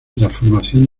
transformación